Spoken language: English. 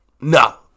No